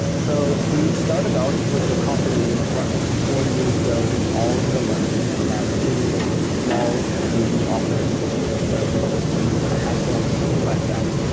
so we started out with the company roughly four years ago all in berlin. we had a pretty small cozy office where we're just been a handful of people back then.